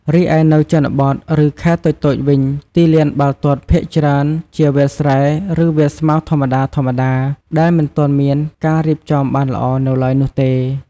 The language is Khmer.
រីឯនៅជនបទ ឬខេត្តតូចៗវិញទីលានបាល់ទាត់ភាគច្រើនជាវាលស្រែ ឬវាលស្មៅធម្មតាៗ ដែលមិនទាន់មានការរៀបចំបានល្អនៅឡើយនោះទេ។